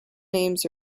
names